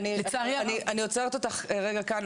אני עוצרת אותך כאן.